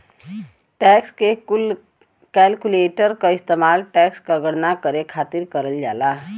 tax calculator क इस्तेमाल tax क गणना करे खातिर करल जाला